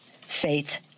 faith